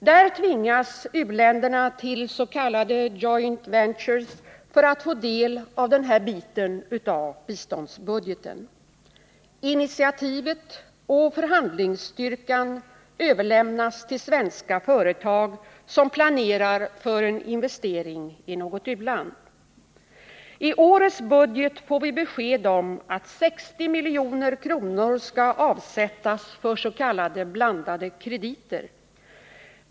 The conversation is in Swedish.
Där tvingas u-länderna till s.k. joint ventures för att få del av denna bit av biståndsbudgeten. Initiativet och förhandlingsstyrkan överlämnas till svenska företag som planerar för en investering i något u-land. I årets budget får vi besked om att 60 milj.kr. skall avsättas för s.k. blandade krediter.